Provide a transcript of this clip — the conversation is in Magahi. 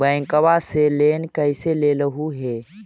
बैंकवा से लेन कैसे लेलहू हे?